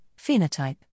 phenotype